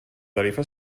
tarifa